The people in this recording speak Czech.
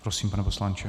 Prosím, pane poslanče.